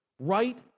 Right